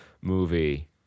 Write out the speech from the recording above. movie